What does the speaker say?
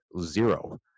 zero